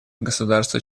государства